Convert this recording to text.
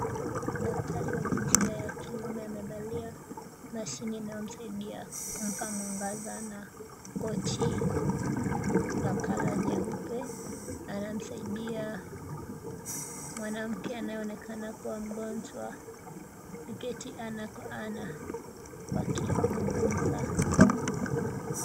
Daktari wa jinsia ya kiume amevalia mashini inayomsaidia kumpa mwangaza na koti la kala nyeupe. Anamsaidia mwanamke anayeonekana kuwa mgonjwa wameketi ana kwa ana wakizungumza.